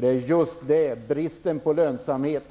Det är just bristen på lönsamhet,